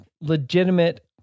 legitimate